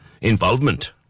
involvement